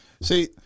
See